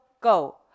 go